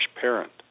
parent